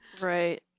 right